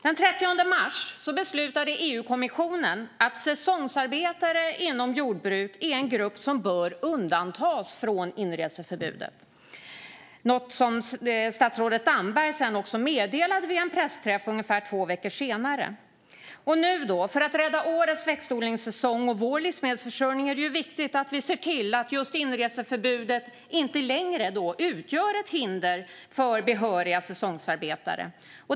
Den 30 mars beslutade EU-kommissionen att säsongsarbetare inom jordbruk är en grupp som bör undantas från inreseförbudet. Detta meddelade också statsrådet Damberg vid en pressträff ungefär två veckor senare. För att rädda årets växtodlingssäsong och vår livsmedelsförsörjning är det viktigt att vi ser till att just inreseförbudet inte längre utgör ett hinder för behöriga säsongsarbetare.